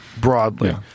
Broadly